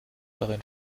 darin